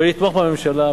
ולתמוך בממשלה,